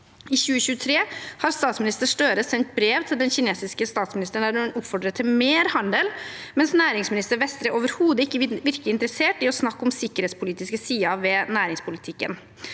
I 2023 har statsminister Støre sendt brev til den kinesiske statsministeren der han oppfordrer til mer handel, mens næringsminister Vestre overhodet ikke virker interessert i å snakke om sikkerhetspolitiske sider ved næringspolitikken.